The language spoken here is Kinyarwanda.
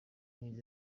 king